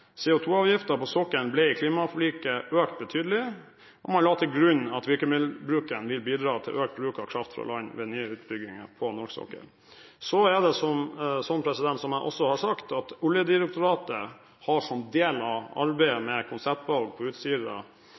på sokkelen ble i klimaforliket økt betydelig, og man la til grunn at virkemiddelbruken vil bidra til økt bruk av kraft fra land ved nye utbygginger på norsk sokkel. Så er det slik at Oljedirektoratet, som jeg også har sagt, har som en del av arbeidet med konseptvalg på